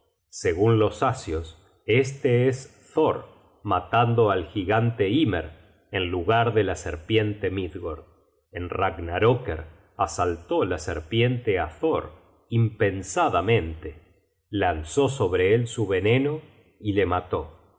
segun los asios este es thor matando al gigante hymer en lugar de la serpiente midgord en ragnaroecker asaltó la serpiente á thor impensadamente lanzó sobre él su veneno y le mató